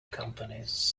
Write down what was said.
companies